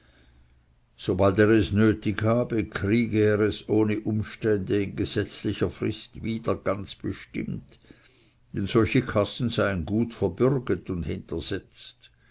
sobald er es nötig habe kriege er es ohne umstände in gesetzlicher frist wieder ganz bestimmt denn solche kassen seien gut verbürget und